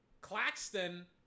Claxton